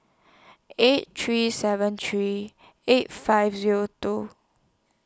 eight three seven three eight five Zero two